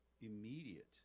immediate